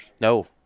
No